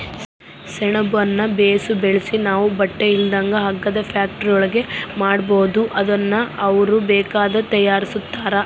ಸೆಣಬುನ್ನ ಬೇಸು ಬೆಳ್ಸಿ ನಾವು ಬಟ್ಟೆ ಇಲ್ಲಂದ್ರ ಹಗ್ಗದ ಫ್ಯಾಕ್ಟರಿಯೋರ್ಗೆ ಮಾರ್ಬೋದು ಅದುನ್ನ ಅವ್ರು ಬೇಕಾದ್ದು ತಯಾರಿಸ್ತಾರ